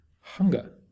hunger